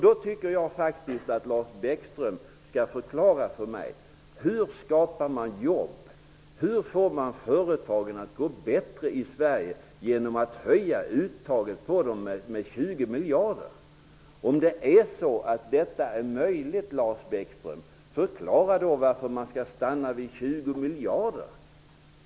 Då tycker jag faktiskt att Lars Bäckström skall förklara för mig: Hur skapar man jobb, hur får man företagen att gå bättre i Sverige genom att höja uttaget på dem med 20 miljarder? Om detta verkligen är möjligt, Lars Bäckström, förklara då varför man skall stanna vid 20 miljarder.